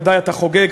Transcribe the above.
ודאי אתה חוגג,